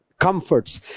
comforts